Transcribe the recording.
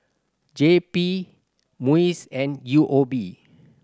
J P MUIS and U O B